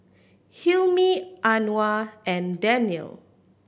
Hilmi Anuar and Daniel